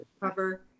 cover